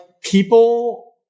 people